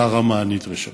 לרמה הנדרשת.